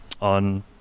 on